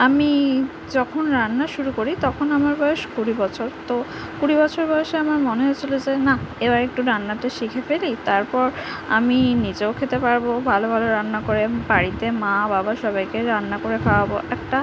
আমি যখন রান্না শুরু করি তখন আমার বয়স কুড়ি বছর তো কুড়ি বছর বয়সে আমার মনে হয়েছিলো যে না এবার একটু রান্নাটা শিখে ফেলি তারপর আমি নিজেও খেতে পারবো ভালো ভালো রান্না করে বাড়িতে মা বাবা সবাইকে রান্না করে খাওয়াবো একটা